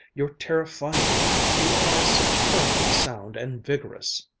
you're terrifyingly, you are superbly sound and vigorous!